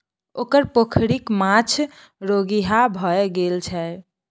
ओकर पोखरिक माछ रोगिहा भए गेल छै